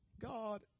God